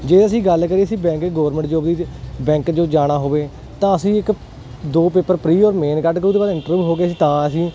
ਜੇ ਅਸੀਂ ਗੱਲ ਕਰੀਏ ਅਸੀਂ ਬੈਂਕ ਗਵਰਮੈਂਟ ਜੋਬ ਦੀ ਜੇ ਬੈਂਕ ਜੋ ਜਾਣਾ ਹੋਵੇ ਤਾਂ ਅਸੀਂ ਇੱਕ ਦੋ ਪੇਪਰ ਪਰੀ ਔਰ ਮੇਨ ਕੱਢ ਕੇ ਉਹਦੇ ਬਾਅਦ ਇੰਟਰਵਿਊ ਹੋ ਕੇ ਅਸੀ ਤਾਂ ਅਸੀਂ